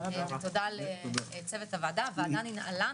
הישיבה ננעלה.